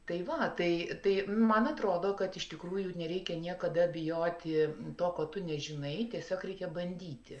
tai va tai tai man atrodo kad iš tikrųjų nereikia niekada bijoti to ko tu nežinai tiesiog reikia bandyti